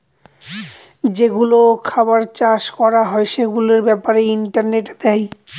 যেগুলো খাবার চাষ করা হয় সেগুলোর ব্যাপারে ইন্টারনেটে দেয়